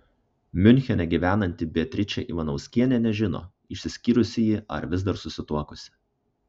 miunchene gyvenanti beatričė ivanauskienė nežino išsiskyrusi ji ar vis dar susituokusi